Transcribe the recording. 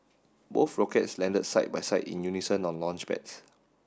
both rockets landed side by side in unison on launchpads